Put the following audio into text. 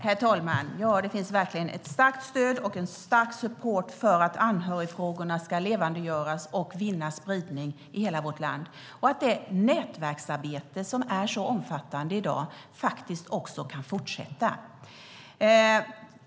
Herr talman! Det finns verkligen ett starkt stöd och en stark support för att anhörigfrågorna ska levandegöras och vinna spridning i hela vårt land och att det nätverksarbete som är så omfattande i dag faktiskt också kan fortsätta.